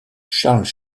charles